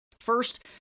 First